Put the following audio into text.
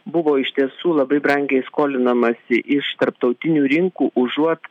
buvo iš tiesų labai brangiai skolinamasi iš tarptautinių rinkų užuot